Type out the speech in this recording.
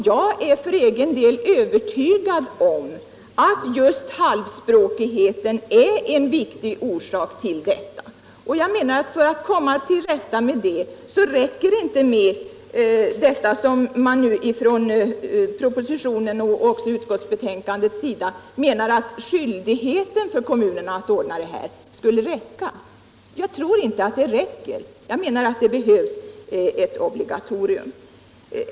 Jag är för egen del övertygad om att just halvspråkigheten är en viktig orsak till detta. För att man skall komma till rätta med detta räcker det inte med en skyldighet för kommunerna att ordna undervisning, såsom anförs i propositionen och utskottsbetänkandet. Jag tror inte att det räcker. Jag anser att undervisningen behöver vara obligatorisk.